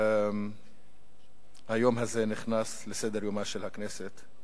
היום הזה נכנס לסדר-יומה של הכנסת,